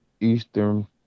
eastern